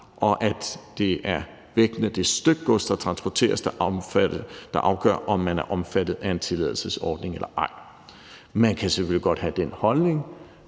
og at det er vægten af det stykke gods, der transporteres, der afgør, om man er omfattet af en tilladelsesordning eller ej. Man kan selvfølgelig godt have den holdning,